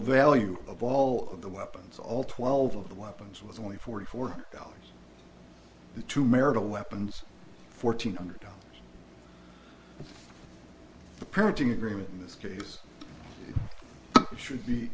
value of all of the weapons all twelve of the weapons with only forty four dollars to marital weapons fourteen hundred dollars the parenting agreement in this case should be